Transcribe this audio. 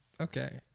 Okay